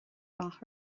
rath